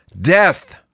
Death